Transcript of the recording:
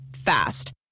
fast